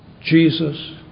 Jesus